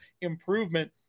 improvement